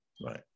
right